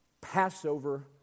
Passover